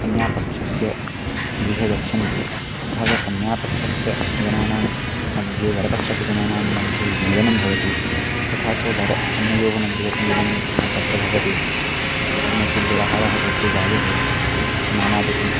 कन्यापक्षस्य गृहे गच्छन्ति तथा च कन्यापक्षस्य जनानाम्मध्ये वरपक्षस्य जनानाम्मध्ये मेलनं भवति तथा च वर कन्यायाः मध्ये अपि मेलनं तत्र भवति किमपि व्यवहारः तत्र जायते नामाधिकम्